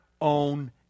own